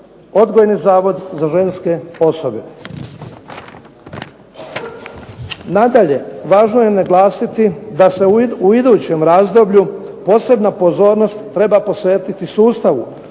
Odgojni zavod za ženske osobe. Nadalje, važno je naglasiti da se u idućem razdoblju posebne pozornost treba posvetiti sustavu